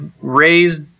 raised